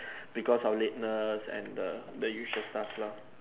because of lateness and the the usual stuff lah